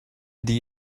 die